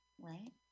right